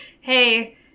hey